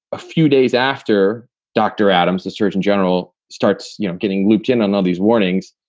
a few days after dr. adams, the surgeon general, starts you know getting looped in on all these warnings,